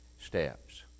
steps